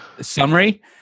Summary